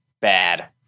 bad